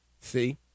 See